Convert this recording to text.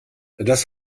das